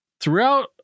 Throughout